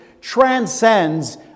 transcends